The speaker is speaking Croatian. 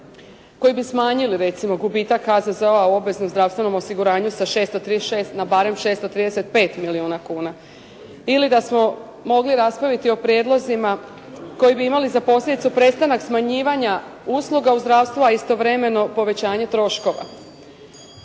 koji bi smanjili recimo gubitak HZZO-a u obveznom zdravstvenom osiguranju sa 636, na barem 635 milijuna kuna, ili da smo mogli raspraviti o prijedlozima koji bi imali za posljedicu prestanak smanjivanja usluga u zdravstvu a istovremeno povećanje troškova